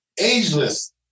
Ageless